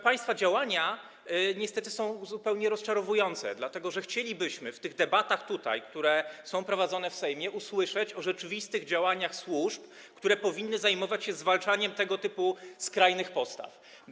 Państwa działania niestety są zupełnie rozczarowujące, dlatego że chcielibyśmy w tych debatach, które są prowadzone w Sejmie, usłyszeć o rzeczywistych działaniach służb, które powinny zajmować się zwalczaniem tego typu skrajnych postaw.